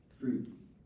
fruit